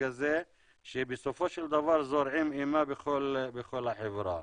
הזה שבסופו של דבר זורעים אימה בכל החברה.